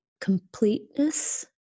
completeness